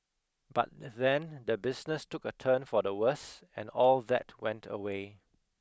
but then the business took a turn for the worse and all that went away